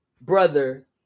brother